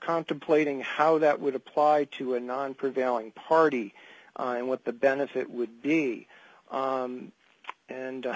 contemplating how that would apply to a non prevailing party and what the benefit would be and